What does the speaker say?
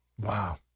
Wow